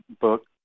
book